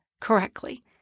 correctly